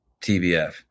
TBF